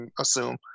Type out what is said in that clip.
assume